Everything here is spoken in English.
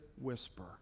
whisper